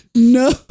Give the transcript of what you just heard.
No